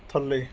ਥੱਲੇ